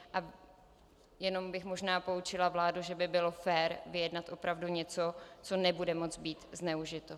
A jenom bych možná poučila vládu, že by bylo fér vyjednat opravdu něco, co nebude moci být zneužito.